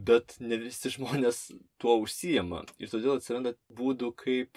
bet ne visi žmonės tuo užsiima todėl atsiranda būdų kaip